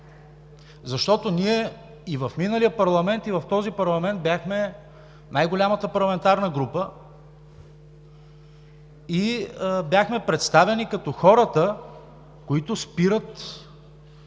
защото ние и в миналия парламент, и в този парламент бяхме най-голямата парламентарна група и бяхме представени като хората, които спират